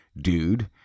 dude